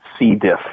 CDIFF